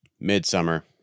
midsummer